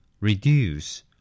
Reduce